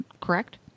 correct